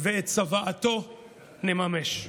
ואת צוואתו נממש.